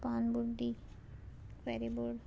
पान बुड्डी फेरीबोट